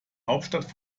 hauptstadt